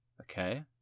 Okay